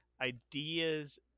ideas